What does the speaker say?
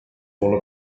all